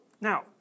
Now